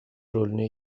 rolünü